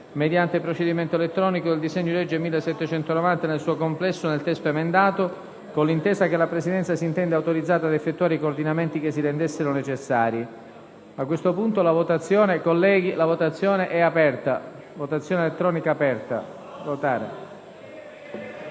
mediante procedimento elettronico, del disegno di legge n. 1791, nel suo complesso, nel testo emendato, con l'intesa che la Presidenza si intende autorizzata ad effettuare i coordinamenti formali che si rendessero necessari. Dichiaro aperta la votazione.